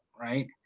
right